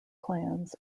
clans